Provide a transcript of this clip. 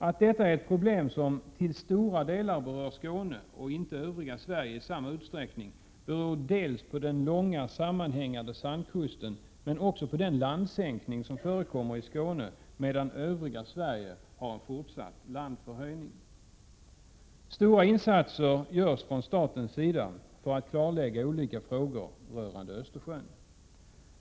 Att detta är ett problem som till stor del berör Skåne och inte övriga Sverige i samma utsträckning beror dels på den långa sammanhängande sandkusten, dels på den landsänkning som förekommer i Skåne, medan det i övriga Sverige sker en fortsatt landhöjning. Stora insatser görs från statens sida för att klarlägga olika frågor rörande Östersjön.